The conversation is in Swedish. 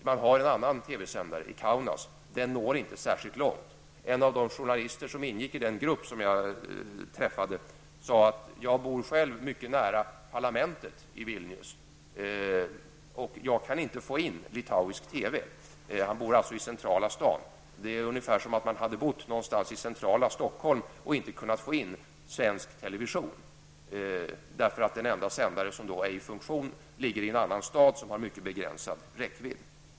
Det finns en annan TV-sändare, i Kaunas, men den når inte särskilt långt. En av de journalister som ingick i den grupp som jag träffade sade: Jag bor själv mycket nära parlamentet i Vilnius, och jag kan inte få in litauisk TV. Han bor alltså i centrala staden. Det är ungefär som om han hade bott någonstans i centrala Stockholm och inte kunnat få in svensk television, därför att den enda sändare som var i funktion låg i en annan stad och hade mycket begränsad räckvidd.